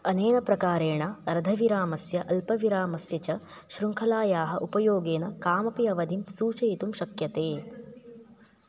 अनेन प्रकारेण अर्धविरामस्य अल्पविरामस्य च शृङ्खलायाः उपयोगेन कमपि अवधिं सूचयितुं शक्यते